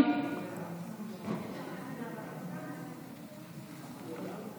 תרימו טיפה את הפנס ואל תחפשו את המטבע רק ממוקד מתחת.